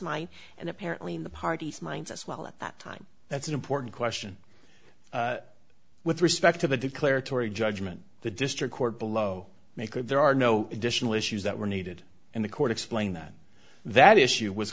my and apparently in the parties minds as well at that time that's an important question with respect to the declaratory judgment the district court below may could there are no additional issues that were needed in the court explained that that issue was